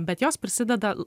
bet jos prisideda